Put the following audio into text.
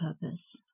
purpose